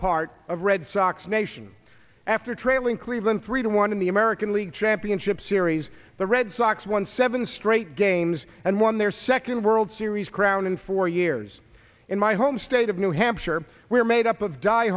part of red sox nation after trailing cleveland three to one in the american league championship series the red sox won seven straight games and won their second world series crown in four years in my home state of new hampshire where made up of die